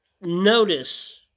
notice